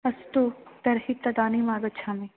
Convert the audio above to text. अस्तु तर्हि तदानीम् आगच्छामि